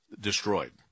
destroyed